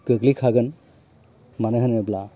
गोग्लैखागोन मानो होनोब्ला